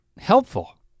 helpful